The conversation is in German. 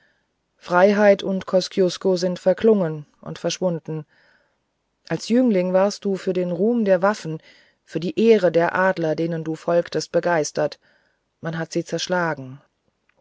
freiheit und kosciusko sind verklungen und verschwunden als jüngling warst du für den ruhm der waffen für die ehre der adler denen du folgtest begeistert man hat sie zerschlagen